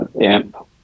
amp